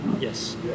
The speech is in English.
Yes